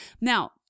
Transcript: Now